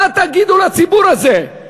מה תגידו לציבור הזה,